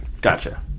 gotcha